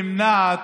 נמנעת,